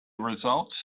results